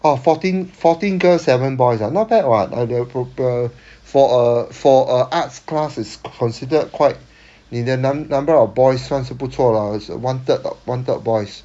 orh fourteen fourteen girls seven boys ah not bad [what] ah there proper for a for a arts class it's considered quite 你的 num~ number of boys 算是不错了 ah one third one third boys